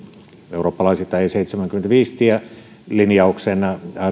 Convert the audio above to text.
eurooppalaisittain e seitsemänkymmentäviisi tien linjauksen